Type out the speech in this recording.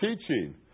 teaching